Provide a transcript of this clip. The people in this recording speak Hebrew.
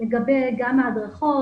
לגבי ההדרכות.